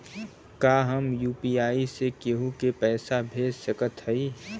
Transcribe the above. का हम यू.पी.आई से केहू के पैसा भेज सकत हई?